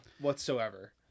whatsoever